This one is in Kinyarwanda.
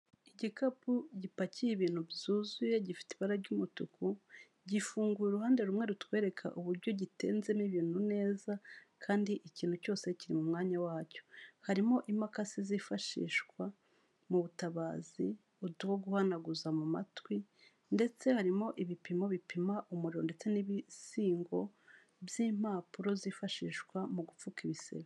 Igikapu gipakiye ibintu byuzuye, gifite iba ry'umutuku, gifunguye uruhande rumwe rutwereka uburyo gitenzemo ibintu neza kandi ikintu cyose kiri mu mwanya wacyo, harimo imakasi zifashishwa mu butabazi, utwo guhanaguza mu matwi ndetse harimo ibipimo bipima umuriro ndetse n'ibisingo by'impapuro zifashishwa mu gupfuka ibisebe.